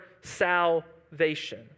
salvation